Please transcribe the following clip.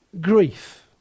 Grief